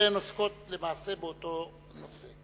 ששתיהן עוסקות למעשה באותו נושא.